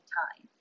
time